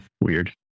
Weird